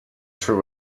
true